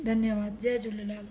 धन्यवाद जय झूलेलाल